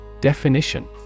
Definition